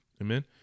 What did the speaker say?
amen